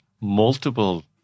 multiple